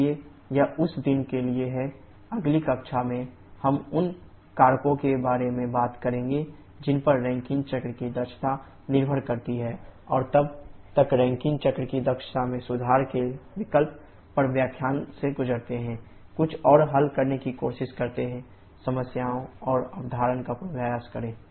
इसलिए यह उस दिन के लिए है अगली कक्षा में हम उन कारकों के बारे में बात करेंगे जिन पर रैंकिन चक्र की दक्षता निर्भर करती है और तब तकरैंकिन चक्र की दक्षता में सुधार के विकल्प इस व्याख्यान से गुजरते हैं कुछ और हल करने की कोशिश करते हैं समस्याओं और अवधारणा का पूर्वाभ्यास करें